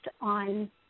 on